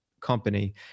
company